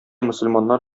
мөселманнар